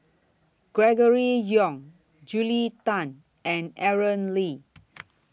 Gregory Yong Julia Tan and Aaron Lee